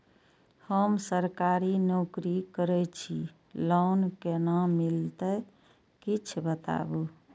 हम सरकारी नौकरी करै छी लोन केना मिलते कीछ बताबु?